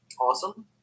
awesome